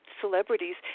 celebrities